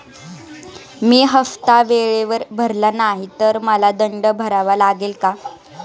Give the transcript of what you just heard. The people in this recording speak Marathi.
मी हफ्ता वेळेवर भरला नाही तर मला दंड भरावा लागेल का?